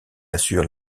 assure